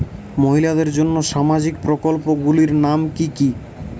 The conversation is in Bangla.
মহিলাদের জন্য সামাজিক প্রকল্প গুলির নাম কি কি?